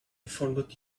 forgot